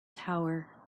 tower